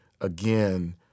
again